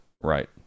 right